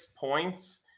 points